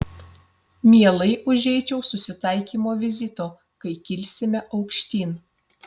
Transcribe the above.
mielai užeičiau susitaikymo vizito kai kilsime aukštyn